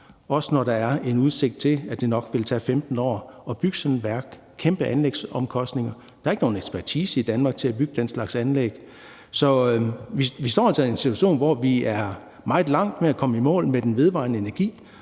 også når der er en udsigt til, at det nok ville tage 15 år at bygge sådan et værk og med kæmpe anlægsomkostninger. Der er ikke nogen ekspertise i Danmark til at bygge den slags anlæg. Så vi står altså i en situation, hvor vi er meget langt med at komme i mål med den vedvarende energi,